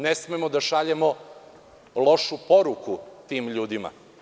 Ne smemo da šaljemo lošu poruku tim ljudima.